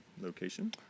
location